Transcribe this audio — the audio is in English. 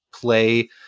play